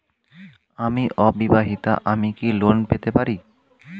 আমি অবিবাহিতা আমি কি লোন পেতে পারি?